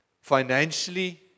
Financially